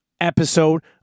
Episode